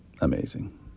amazing